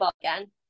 again